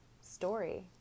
story